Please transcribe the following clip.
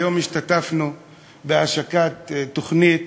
היום השתתפנו בהשקת תוכנית